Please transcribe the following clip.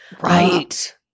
Right